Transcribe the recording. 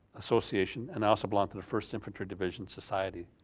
association. and i also belong to the first infantry division society